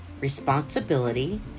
responsibility